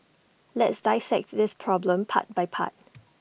let's dissect this problem part by part